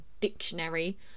dictionary